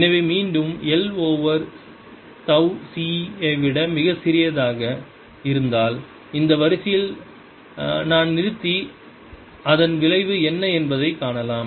எனவே மீண்டும் l தவ் C ஐ விட மிகச் சிறியதாக இருந்தால் இந்த வரிசையில் நான் நிறுத்தி அதன் விளைவு என்ன என்பதைக் காணலாம்